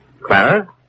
Clara